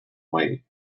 wait